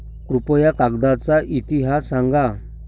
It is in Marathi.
कृपया कागदाचा इतिहास सांगा